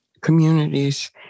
communities